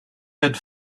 had